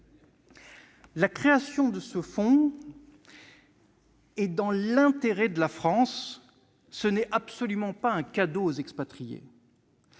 la création de ce fonds est dans l'intérêt de la France. Ce n'est absolument pas un cadeau fait aux expatriés.